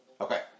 Okay